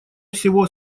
всего